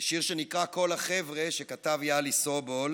שיר שנקרא "כל החבר'ה", שכתב יהלי סובול